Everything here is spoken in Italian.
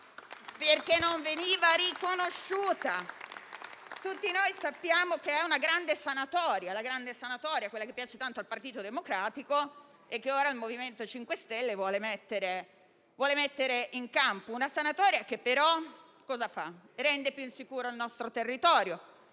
essa non veniva riconosciuta. Tutti noi sappiamo che è una grande sanatoria, quella che piace tanto al Partito Democratico, e che ora il MoVimento 5 Stelle vuole mettere in campo. Una sanatoria che, però, cosa fa? Rende più insicuro il nostro territorio.